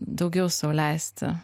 daugiau sau leisti